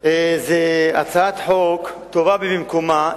זו הצעת חוק טובה ובמקומה,